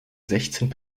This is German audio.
sechzehn